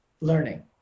learning